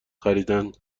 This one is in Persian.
خریدن